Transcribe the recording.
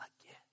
again